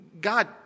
God